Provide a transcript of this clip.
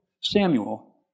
Samuel